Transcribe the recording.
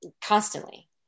constantly